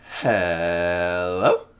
Hello